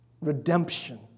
redemption